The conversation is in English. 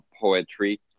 poetry